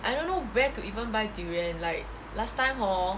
I don't know where to even buy durian like last time hor